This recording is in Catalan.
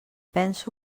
penso